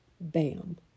Bam